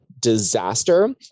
disaster